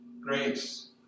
grace